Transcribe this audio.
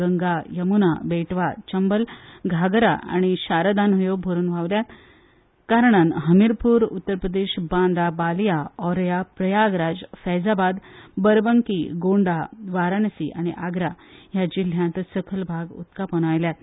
गंगा यमूना बेटवा चंबल घागरा आनी शारदा न्हंयो भरून व्हांविल्ल्यान हमीरपूर उत्तर प्रदेश बांदा बालीया औरया प्रयागराज फैजाबाद बरबंकी गोंडा वाराणसी आनी आग्रा ह्या जिल्ल्यांत सकल भाग उदकापोंदा आयल्यात